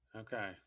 Okay